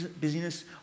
busyness